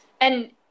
And-